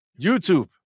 YouTube